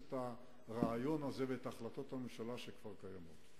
את הרעיון הזה ואת החלטות הממשלה שכבר קיימות.